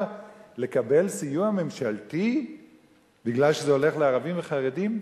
לקבל סיוע ממשלתי בגלל שזה הולך לערבים וחרדים?